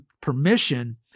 permission